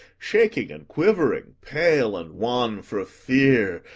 shaking and quivering, pale and wan for fear,